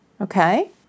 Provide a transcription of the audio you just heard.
okay